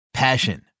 Passion